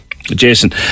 Jason